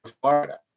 Florida